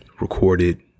recorded